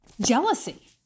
Jealousy